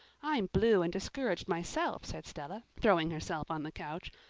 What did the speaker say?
i'm blue and discouraged myself, said stella, throwing herself on the couch.